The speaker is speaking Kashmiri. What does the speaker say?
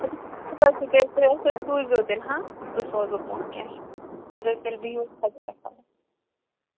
سوٗزیو تیٚلہِ ہاں بہٕ سوزو پونٛسہٕ کیٚنٛہہ چھُنہٕ اَدٕ حظ تیٚلہِ بِہِو خۄدایَس حَوال